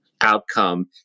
outcome